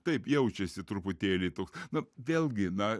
taip jaučiasi truputėlį toks na vėlgi na